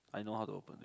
I know how to open